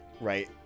Right